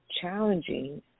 challenging